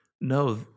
No